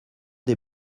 des